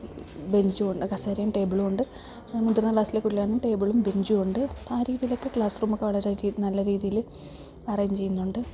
ബെഞ്ചും ഉണ്ട് കസേരയും ടേബിളും ഉണ്ട് മുതിർന്ന ക്ലാസ്സിലെ കുട്ടികൾക്കാണെങ്കിൽ ടേബിളും ബെഞ്ചും ഉണ്ട് ആ രീതിയിലൊക്കെ ക്ലാസ്സ് റൂമൊക്കെ വളരെ നല്ല രീതിയിൽ അറേഞ്ച് ചെയ്യുന്നുണ്ട്